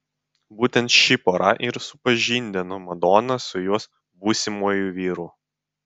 būtent ši pora ir supažindino madoną su jos būsimuoju vyru